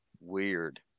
weird